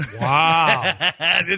Wow